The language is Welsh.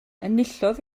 enillodd